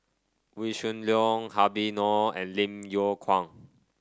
Wee Shoo Leong Habib Noh and Lim Yew Kuan